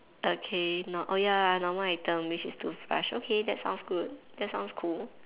okay not oh ya normal item which is toothbrush okay that sounds good that sounds cool